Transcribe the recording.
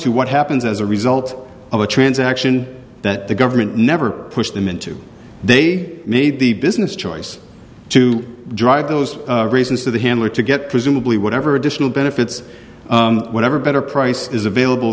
to what happens as a result of a transaction that the government never pushed him into they made the business choice to drive those raisins to the handler to get presumably whatever additional benefits whatever better price is available